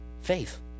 faith